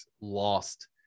lost